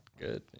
good